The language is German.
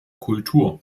kultur